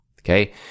Okay